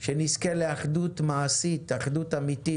שנזכה לאחדות מעשית, אחדות אמיתית